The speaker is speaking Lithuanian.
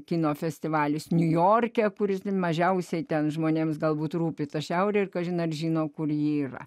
kino festivalis niujorke kuris mažiausiai ten žmonėms galbūt rūpi ta šiaurė ir kažin ar žino kur ji yra